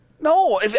No